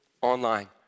online